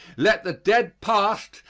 let the dead past,